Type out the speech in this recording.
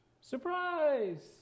Surprise